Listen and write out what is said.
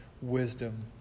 wisdom